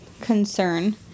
concern